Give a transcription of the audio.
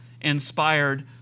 inspired